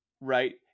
right